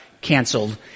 canceled